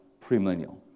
premillennial